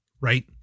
right